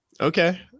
Okay